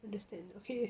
understand okay